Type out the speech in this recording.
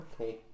Okay